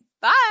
Bye